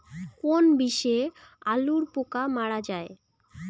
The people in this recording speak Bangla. কোন বিষে আলুর পোকা মারা যায়?